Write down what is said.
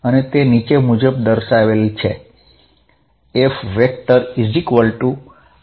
અને તે મુજબ દર્શાવેલ છે